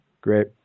Great